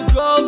go